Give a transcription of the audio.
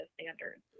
standards